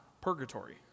purgatory